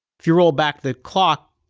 if you roll back the clock,